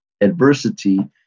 adversity